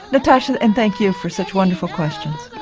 natasha, and thank you for such wonderful questions.